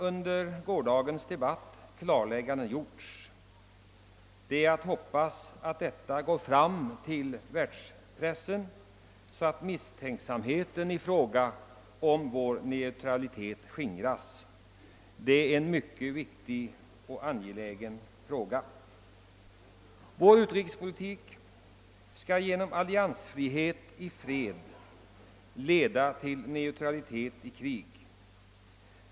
Under gårdagens debatt har klarlägganden gjorts. Det är att hoppas att detta går fram till världspressen, så att misstänksamheten när det gäller vår neutralitet skingras. Det är en mycket viktig och angelägen sak. Vår utrikespolitik skall genom alliansfrihet i fred leda till neutralitet i krig.